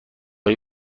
های